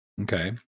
Okay